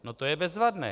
No to je bezvadné.